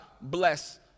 bless